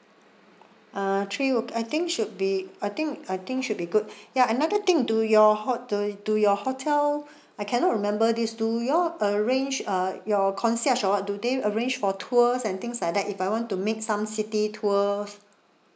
uh three work I think should be I think I think should be good ya another thing do your hot~ do do your hotel I cannot remember this do you all arrange uh your concierge or what do they arrange for tours and things like that if I want to make some city tours